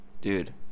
dude